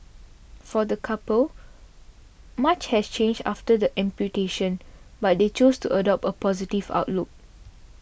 for the couple much has changed after the amputation but they choose to adopt a positive outlook